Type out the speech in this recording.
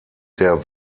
der